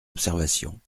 observations